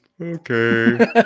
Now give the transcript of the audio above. Okay